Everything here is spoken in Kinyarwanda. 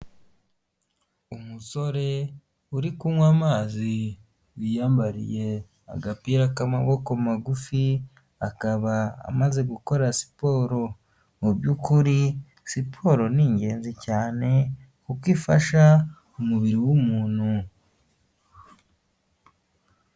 Umusore uri kunywa amazi wiyambariye agapira k'amaboko magufi, akaba amaze gukora siporo muby'ukuri siporo, ni ingenzi cyane kuko ifasha umubiri w'umuntu.